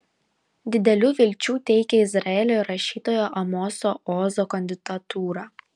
didelių vilčių teikia izraelio rašytojo amoso ozo kandidatūra